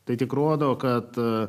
tai tik rodo kad